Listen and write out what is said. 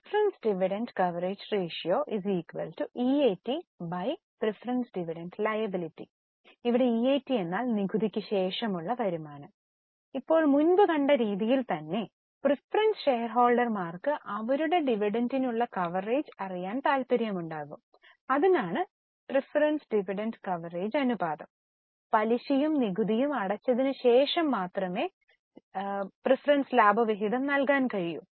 preference dividend coverage ratio E A T preference dividend liability ഇവിടെ EAT നികുതിക്കുശേഷമുള്ള വരുമാനം അതേ രീതിയിൽ തന്നെ പ്രീഫെറെൻസ് ഷെയർഹോൾഡർമാർക്ക് അവരുടെ ഡിവിഡന്റിനുള്ള കവറേജ് അറിയാൻ താൽപ്പര്യമുണ്ടാകും അതിനാണ് പ്രീഫെറെൻസ് ഡിവിഡന്റ് കവറേജ് അനുപാതം പലിശയും നികുതിയും അടച്ചതിനുശേഷം മാത്രമേ മുൻഗണന ലാഭവിഹിതം നൽകാൻ കഴിയൂ